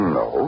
no